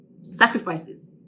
Sacrifices